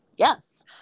Yes